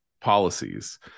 policies